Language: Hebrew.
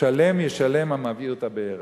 שלם ישלם המבעיר את הבערה"